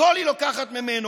הכול היא לוקחת ממנו.